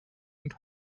und